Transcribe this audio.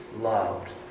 loved